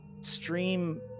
stream